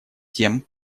тем